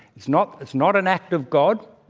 it's not it's not an act of god.